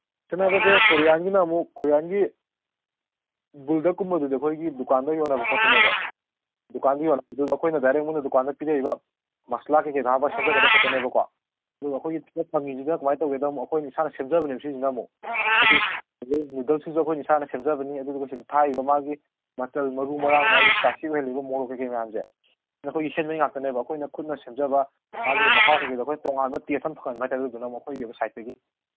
ꯈꯦꯠꯅꯕꯁꯦ ꯀꯣꯔꯤꯌꯥꯟꯒꯤꯅ ꯑꯃꯨꯛ ꯀꯣꯔꯤꯌꯥꯟꯒꯤ ꯕꯨꯜꯗꯛꯀꯨꯝꯕꯗꯨꯗꯤ ꯑꯩꯈꯣꯏꯒꯤ ꯗꯨꯀꯥꯟꯗ ꯌꯣꯟꯅꯕ ꯄꯣꯠꯇꯨꯅꯦꯕ ꯗꯨꯀꯥꯟꯗ ꯌꯣꯟꯅꯕꯗꯨꯗ ꯑꯩꯈꯣꯏꯅ ꯗꯥꯏꯔꯦꯛ ꯃꯣꯏꯗ ꯗꯨꯀꯥꯟꯗ ꯄꯤꯔꯛꯏꯕ ꯃꯁꯂꯥ ꯀꯩꯀꯩꯗꯣ ꯍꯥꯞꯄ ꯁꯦꯝꯖꯒꯗꯧ ꯈꯛꯇꯅꯦꯕꯀꯣ ꯑꯗꯨꯒ ꯑꯩꯈꯣꯏꯒꯤ ꯁꯤꯗ ꯐꯪꯉꯤꯁꯤꯅ ꯀꯃꯥꯏꯅ ꯇꯧꯒꯦ ꯍꯥꯏꯒꯦꯗ ꯑꯃꯨꯛ ꯑꯩꯈꯣꯏ ꯏꯁꯥꯅ ꯁꯦꯝꯖꯕꯅꯦ ꯁꯤꯁꯤꯅ ꯑꯃꯨꯛ ꯍꯥꯏꯗꯤ ꯍꯧꯖꯤꯛ ꯅꯨꯗꯜꯁꯤꯁꯨ ꯑꯩꯈꯣꯏ ꯏꯁꯥꯅ ꯁꯦꯝꯖꯕꯅꯤ ꯑꯗꯨꯗꯨꯒ ꯁꯤꯗ ꯊꯥꯛꯏꯕ ꯃꯥꯒꯤ ꯃꯆꯜ ꯃꯔꯨ ꯃꯔꯥꯡ ꯃꯥꯒꯤ ꯏꯁꯄꯥꯏꯁꯤ ꯑꯣꯏꯍꯜꯂꯤꯕ ꯃꯣꯔꯣꯛ ꯀꯩꯀꯥꯁꯦ ꯑꯩꯈꯣꯏꯒꯤ ꯍꯦꯟꯃꯦꯗ ꯉꯥꯛꯇꯅꯦꯕ ꯑꯩꯈꯣꯏꯅ ꯈꯨꯠꯅ ꯁꯦꯝꯖꯕ ꯃꯥꯒꯤ ꯃꯍꯥꯎ ꯀꯩꯀꯩꯗꯣ ꯇꯣꯉꯥꯟꯕ ꯇꯦꯁ ꯑꯃ ꯐꯪꯍꯟꯕ ꯍꯥꯏ ꯇꯥꯔꯦ ꯑꯗꯨꯗꯨꯅ ꯑꯃꯨꯛ ꯑꯩꯈꯣꯏꯒꯤ ꯑꯣꯏꯕ ꯁꯥꯏꯠꯇꯒꯤ